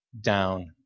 down